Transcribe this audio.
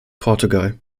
portugal